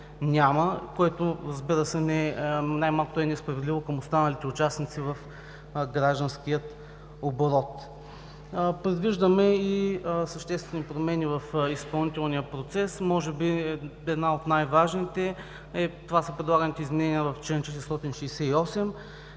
което, разбира се, най-малкото е несправедливо към останалите участници в гражданския оборот. Предвиждаме и съществени промени в изпълнителния процес, може би една от най-важните – това са предлаганите изменения в чл. 468,